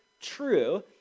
true